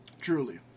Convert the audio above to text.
Truly